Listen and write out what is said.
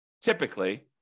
typically